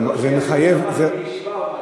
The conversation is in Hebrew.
זה לא שלמדתי בישיבה או משהו.